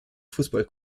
fußball